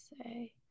say